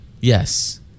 Yes